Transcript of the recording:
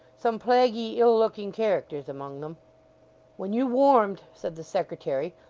some plaguy ill-looking characters among them when you warmed said the secretary,